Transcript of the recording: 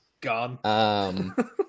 Gone